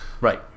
Right